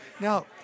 Now